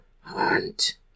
Hunt